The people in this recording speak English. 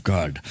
God